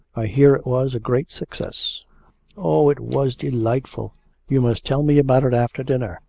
i hear it was a great success oh, it was delightful you must tell me about it after dinner.